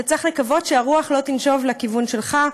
אתה צריך לקוות שהרוח לא תנשב לכיוון שלך.